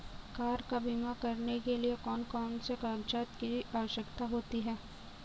Car का बीमा करने के लिए कौन कौन से कागजात की आवश्यकता होती है?